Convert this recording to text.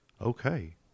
Okay